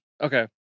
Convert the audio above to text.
okay